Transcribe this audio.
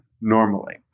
normally